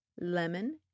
lemon